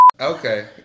Okay